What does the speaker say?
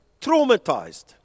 traumatized